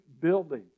building